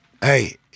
Hey